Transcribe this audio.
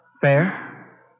fair